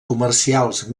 comercials